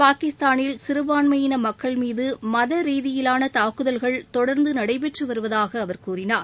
பாகிஸ்தானில் சிறுபான்மையின மக்கள் மீது மத ரீதியிலான தாக்குதல்கள் தொடர்ந்து நடைபெற்று வருவதாக அவர் கூறினார்